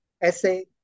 essay